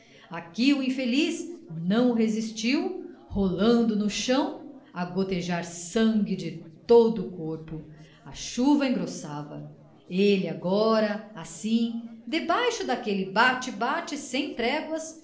que o infeliz não resistiu rolando no chão a gotejar sangue de todo o corpo a chuva engrossava ele agora assim debaixo daquele bate bate sem tréguas